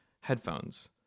headphones